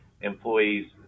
employees